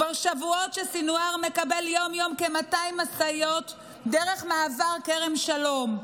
כבר שבועות שסנוואר מקבל יום-יום כ-200 משאיות דרך מעבר כרם שלום,